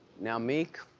now meek.